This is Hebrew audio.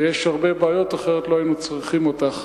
ויש הרבה בעיות, אחרת לא היינו צריכים אותך,